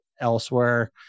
elsewhere